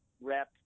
rep